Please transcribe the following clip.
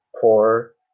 poor